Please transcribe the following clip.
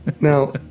Now